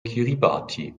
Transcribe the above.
kiribati